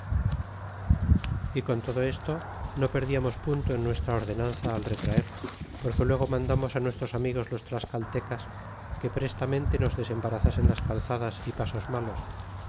y con todo eso no perdiamos punto en nuestra ordenanza al retraer porque luego mandamos nuestros amigos los tlascaltecas que prestamente nos desembarazasen las calzadas y pasos malos